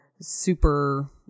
super